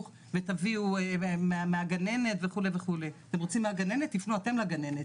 ותביאו מהגננת וכו' אתם רוצים מהגננת תפנו אתם לגננת,